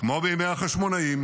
כמו בימי החשמונאים,